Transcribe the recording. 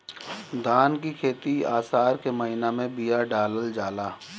धान की खेती आसार के महीना में बिया डालल जाला?